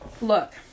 Look